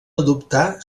adoptar